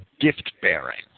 gift-bearing